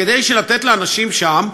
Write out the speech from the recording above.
כדי לתת לאנשים שם,